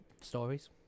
stories